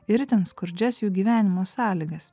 ir itin skurdžias jų gyvenimo sąlygas